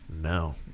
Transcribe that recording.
No